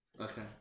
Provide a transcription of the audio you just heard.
okay